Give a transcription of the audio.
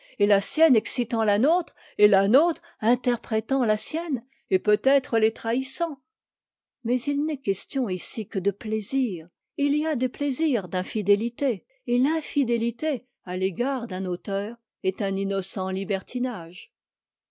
et la sienne excitant la nôtre et la nôtre interprétant la sienne et peut-être les trahissant mais il n'est question ici que de plaisir et il y a des plaisirs d'infidélité et l'infidélité à l'égard d'un auteur est un innocent libertinage